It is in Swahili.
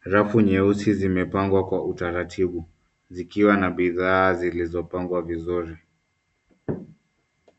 rafu nyeusi zimepangwa Kwa utaratibu sikiwa na bidhaa zilizopangwa vizuri